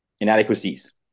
inadequacies